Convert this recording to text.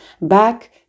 back